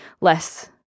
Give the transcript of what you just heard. less